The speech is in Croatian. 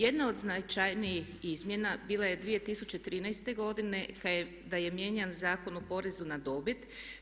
Jedna od značajnijih izmjena bila je 2013. godine da je mijenjan Zakon o porezu na dobit.